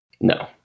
No